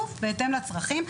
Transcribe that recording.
בהתאם לצרכים.